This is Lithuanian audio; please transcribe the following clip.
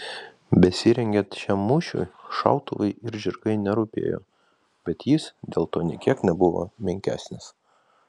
besirengiant šiam mūšiui šautuvai ir žirgai nerūpėjo bet jis dėl to nė kiek nebuvo menkesnis